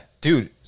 Dude